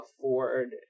afford